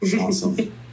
awesome